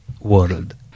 world